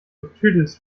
tüdelst